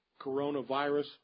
coronavirus